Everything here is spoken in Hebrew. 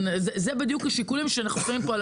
אלה בדיוק השיקולים שאנחנו שמים פה על